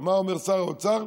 ומה אומר שר האוצר?